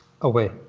away